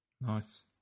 Nice